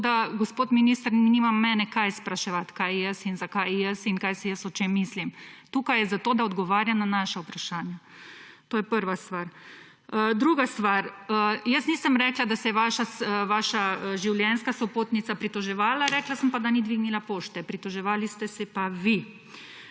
Tako gospod minister nima mene česa spraševati, kaj jaz in zakaj jaz in kaj si jaz o čem mislim. Tukaj je zato, da odgovarja na naša vprašanja. To je prva stvar. Druga stvar. Jaz nisem rekla, da se je vaša življenjska sopotnica pritoževala, rekla sem pa, da ni dvignila pošte, pritoževali ste se pa vi.